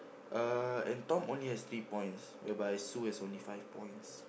uh and Tom only has three points whereby Sue has only five points